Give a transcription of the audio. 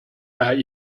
hat